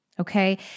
Okay